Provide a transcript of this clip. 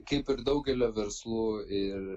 kaip ir daugelio verslų ir